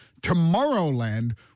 Tomorrowland